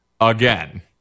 again